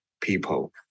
people